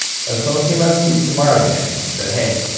if someone came up to you tomorrow, james, and said, hey,